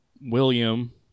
William